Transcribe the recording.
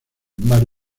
mar